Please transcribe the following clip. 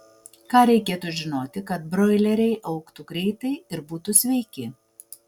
ką reikėtų žinoti kad broileriai augtų greitai ir būtų sveiki